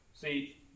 See